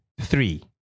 three